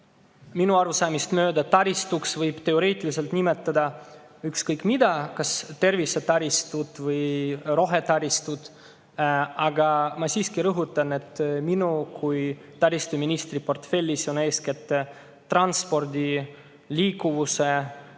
minu arusaamist mööda taristuks võib teoreetiliselt nimetada ükskõik mida – näiteks tervisetaristut või rohetaristut –, aga ma siiski rõhutan, et minu kui taristuministri portfellis on eeskätt transpordi, liikuvuse,